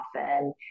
often